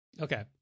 Okay